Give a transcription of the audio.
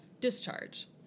discharge